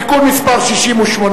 (תיקון מס' 68)